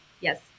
yes